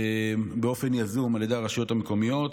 באופן יזום על ידי הרשויות המקומיות,